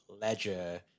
ledger